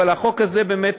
אבל החוק הזה באמת,